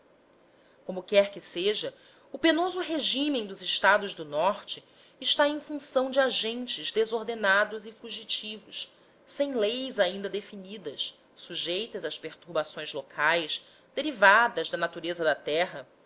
como quer que seja o penoso regime dos estados do norte está em função de agentes desordenados e fugitivos sem leis ainda definidas sujeitas às perturbações locais derivadas da natureza da terra